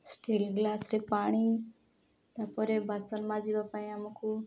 steel ଗ୍ଲାସ୍ରେ ପାଣି ତା'ପରେ ବାସନ ମାଜିବା ପାଇଁ ଆମକୁ